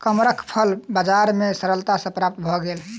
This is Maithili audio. कमरख फल बजार में सरलता सॅ प्राप्त भअ गेल